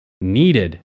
needed